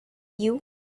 you